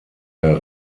der